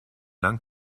lang